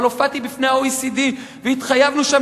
אבל הופעתי בפני ה-OECD והתחייבנו שם